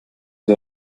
ihr